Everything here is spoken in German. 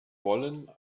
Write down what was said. wollen